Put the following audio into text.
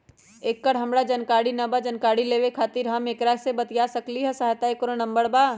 एकर हमरा जानकारी न बा जानकारी लेवे के खातिर हम केकरा से बातिया सकली ह सहायता के कोनो नंबर बा?